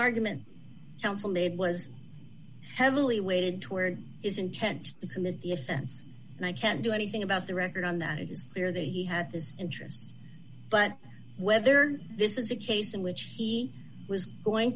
made was heavily weighted towards his intent to commit the offense and i can't do anything about the record on that it is clear that he had this interest but whether this was a case in which he was going